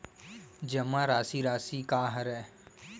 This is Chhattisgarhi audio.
जमा राशि राशि का हरय?